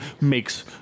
makes